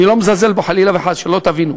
אני לא מזלזל בו, חלילה וחס, שלא תבינו.